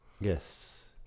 yes